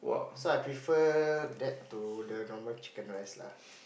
so I prefer that to the normal chicken rice lah